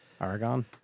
Aragon